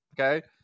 Okay